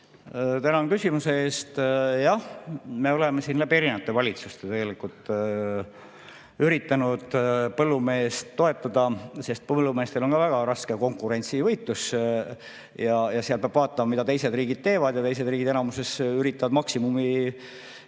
Tänan küsimuse eest! Jah, me oleme siin eri valitsustega üritanud põllumeest toetada, sest põllumeestel on ka väga raske konkurentsivõitlus. Seal peab vaatama, mida teised riigid teevad. Teised riigid enamasti üritavad maksimumis